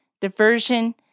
diversion